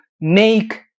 make